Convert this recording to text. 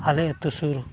ᱟᱞᱮ ᱟᱛᱳ ᱥᱩᱨ